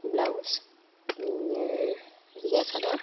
blouse ৰিহা চাদৰ